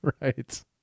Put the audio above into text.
Right